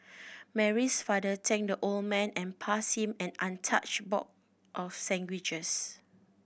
mary's father thanked the old man and pass him an untouched box of sandwiches